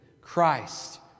Christ